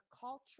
cultural